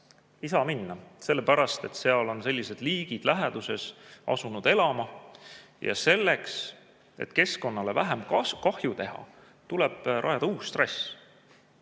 saa minna. Sellepärast, et seal on sellised liigid läheduses asunud elama. Ja selleks, et keskkonnale vähem kahju teha, tuleb rajada uus trass.